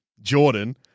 Jordan